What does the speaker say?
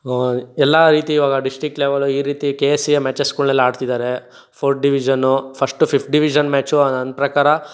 ಎಲ್ಲ ಆಯ್ತಿವಾಗ district level ಈ ರೀತಿ ಕೆ ಎಸ್ ಸಿ ಎ ಮ್ಯಾಚಸ್ಗಳ್ನೆಲ್ಲ ಆಡ್ತಿದ್ದಾರೆ fourth division first fifth division match ನನ್ನ ಪ್ರಕಾರ